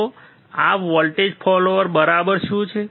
તો આ voltage follower બરાબર શું છે